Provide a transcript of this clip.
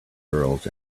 girls